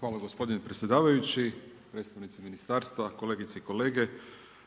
Hvala gospodine predsjedavajući, predstavnici ministarstva, kolegice i kolege.